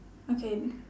okay